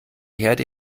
herde